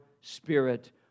spirit